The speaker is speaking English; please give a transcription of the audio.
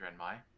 Drenmai